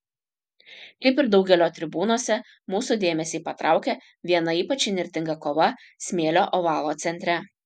kaip ir daugelio tribūnose mūsų dėmesį patraukia viena ypač įnirtinga kova smėlio ovalo centre